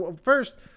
first